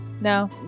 No